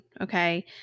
okay